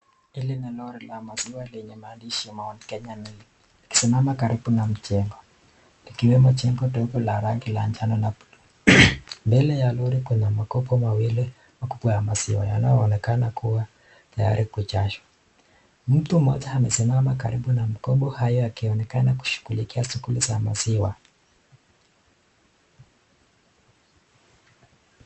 Hili ni lori la maziwa lenye maandishi Mount Kenya Milk. Likisimama karibu na jengo, likiwa na jengo dogo la rangi ya njano na blue . Mbele ya lori kuna makopo mawili makubwa ya maziwa yanayoonekana kuwa tayari kujazwa. Mtu mmoja amesimama karibu na makopo haya akionekana kushughulikia shuguli za maziwa.